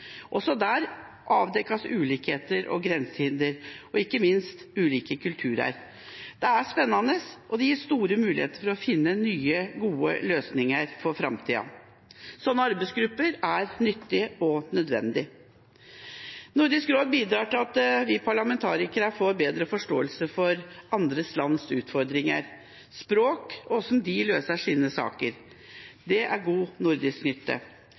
Også der avdekkes ulikheter og grensehinder, og ikke minst ulike kulturer. Det er spennende, og det gir store muligheter til å finne nye gode løsninger for framtida. Slike arbeidsgrupper er nyttige og nødvendige. Nordisk råd bidrar til at vi parlamentarikere får bedre forståelse for andre lands utfordringer, språk og hvordan de løser sine politiske saker. Det er god nordisk nytte.